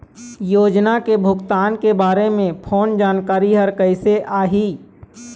योजना के भुगतान के बारे मे फोन जानकारी हर कइसे आही?